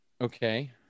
okay